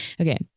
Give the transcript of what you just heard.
Okay